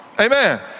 amen